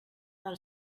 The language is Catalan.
del